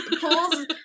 pulls